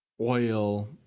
oil